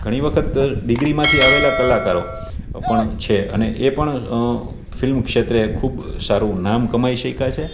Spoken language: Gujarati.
ઘણી વખત ડિગ્રીમાંથી આવેલા કલાકારો પણ છે અને એ પણ ફિલ્મ ક્ષેત્રે ખૂબ સારું નામ કમાઈ શક્યાં છે